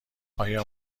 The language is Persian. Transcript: آیا